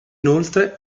inoltre